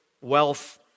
wealth